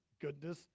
goodness